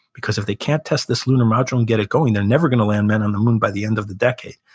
because if they can't test this lunar module and get it going, they're never going to land men on the moon by the end of the decade.